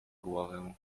głowę